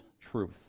truth